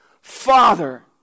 Father